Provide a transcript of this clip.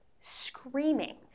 screaming